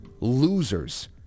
Losers